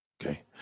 Okay